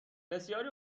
بسیاری